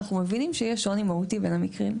ואנחנו מבינים שיש שוני מהותי בין המקרים.